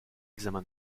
examen